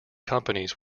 companies